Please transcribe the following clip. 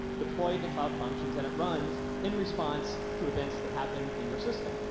deploy it to cloud functions and it runs in response to events that happen in your system.